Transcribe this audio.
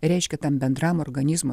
reiškia tam bendram organizmo